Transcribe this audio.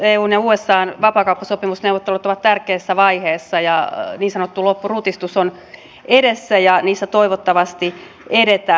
eun ja usan vapaakauppasopimusneuvottelut ovat tärkeässä vaiheessa ja niin sanottu loppurutistus on edessä ja neuvotteluissa toivottavasti edetään